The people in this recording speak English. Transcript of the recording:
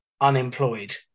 Unemployed